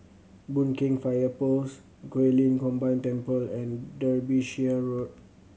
Boon Keng Fire Post Guilin Combined Temple and Derbyshire Road